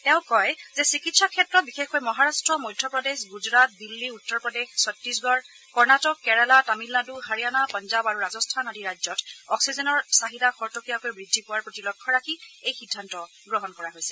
তেওঁ কয় যে চিকিৎসা ক্ষেত্ৰত বিশেষকৈ মহাৰাট্ট মধ্যপ্ৰদেশ গুজৰাট দিল্লী উত্তৰ প্ৰদেশ চত্তিশগড় কৰ্ণটিক কেৰালা তামিলনাডু হাৰিয়ানা পাঞ্জাৱ আৰু ৰাজস্থান আদি ৰাজ্যত অক্সিজেনৰ চাহিদা খৰতকীয়াকৈ বৃদ্ধি পোৱাৰ প্ৰতি লক্ষ্য ৰাখি এই সিদ্ধান্ত গ্ৰহণ কৰা হৈছে